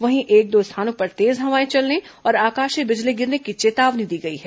वहीं एक दो स्थानों पर तेज हवाएं चलने और आकाशीय बिजली गिरने की चेतावनी दी गई है